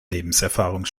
lebenserfahrung